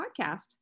podcast